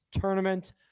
tournament